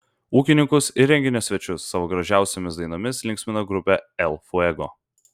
ūkininkus ir renginio svečius savo gražiausiomis dainomis linksmino grupė el fuego